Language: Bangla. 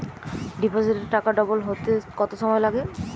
ডিপোজিটে টাকা ডবল হতে কত সময় লাগে?